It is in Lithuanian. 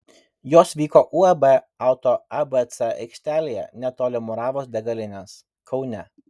jos vyko uab auto abc aikštelėje netoli muravos degalinės kaune